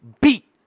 beat